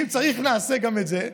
אם צריך, נעשה גם את זה.